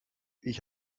ich